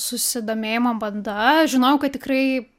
susidomėjimo banda žinojau kad tikrai